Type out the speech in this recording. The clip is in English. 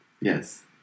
Yes